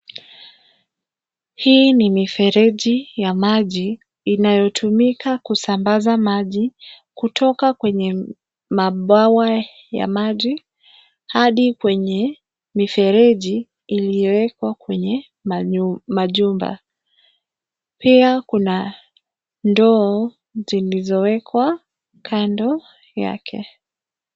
Hii ni mifereji ya maji, inayotumika kusambaza maji kutoka kwenye mabwawa ya maji hadi kwenye mifereji iliyowekwa kwenye majumba. Pia kuna ndoo zilizowekwa kando yake.